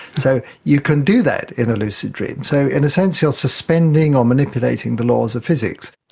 so you can do that in a lucid dream. so in a sense you are suspending or manipulating the laws of physics.